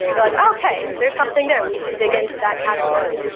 you're like, okay. there's something that we should dig into that category.